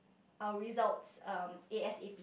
our results um A_S_A_P